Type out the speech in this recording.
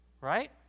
right